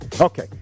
Okay